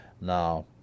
Now